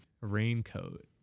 Raincoat